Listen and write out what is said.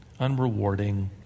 unrewarding